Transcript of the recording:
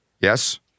Yes